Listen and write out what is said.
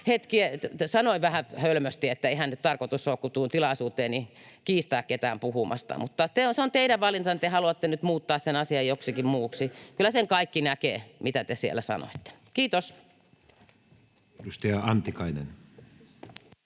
sanoin vähän hölmösti, että eihän nyt tarkoitus ole, kun tulen tilaisuuteen, kiistää ketään puhumasta. Mutta se on teidän valintanne, te haluatte nyt muuttaa sen asian joksikin muuksi. Kyllä sen kaikki näkevät, mitä te siellä sanoitte. — Kiitos.